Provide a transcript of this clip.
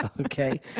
okay